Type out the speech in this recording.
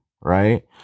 Right